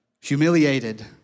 humiliated